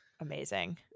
amazing